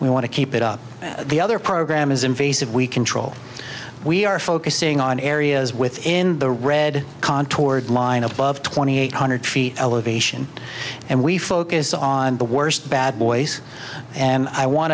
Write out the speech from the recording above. we want to keep it up the other program is invasive we control we are focusing on areas within the red line above twenty eight hundred feet elevation and we focus on the worst bad boys and i want